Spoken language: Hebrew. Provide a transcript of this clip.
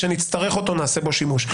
כשנצטרך אותו, נעשה בו שימוש.